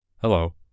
Hello